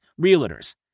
realtors